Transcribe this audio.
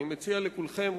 אני מציע לכולכם,